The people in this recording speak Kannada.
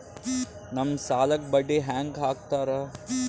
ನಮ್ ಸಾಲಕ್ ಬಡ್ಡಿ ಹ್ಯಾಂಗ ಹಾಕ್ತಾರ?